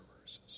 verses